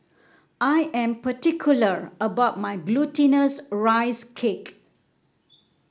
I am particular about my Glutinous Rice Cake